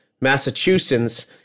Massachusetts